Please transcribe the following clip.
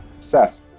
Seth